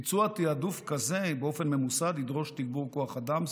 ביצוע תיעדוף כזה באופן ממוסד ידרוש תגבור כוח אדם,